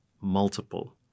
multiple